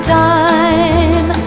time